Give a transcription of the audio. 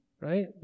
right